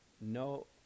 no